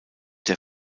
der